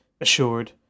assured